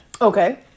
Okay